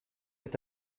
est